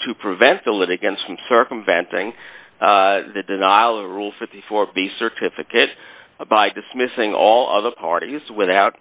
is to prevent the litigants from circumventing the denial rule fifty four b certificate by dismissing all of the parties without